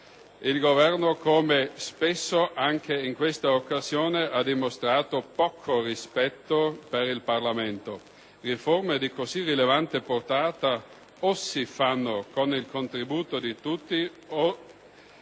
Il Governo anche in questa occasione ha dimostrato poco rispetto per il Parlamento. Riforme di così rilevante portata o si fanno con il contributo di tutti o